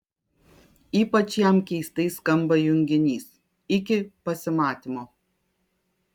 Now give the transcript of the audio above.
ypač jam keistai skamba junginys iki pasimatymo